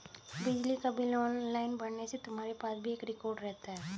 बिजली का bill online भरने से तुम्हारे पास भी एक रिकॉर्ड रहता है